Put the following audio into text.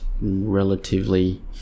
relatively